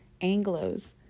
Anglos